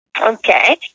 Okay